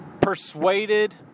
persuaded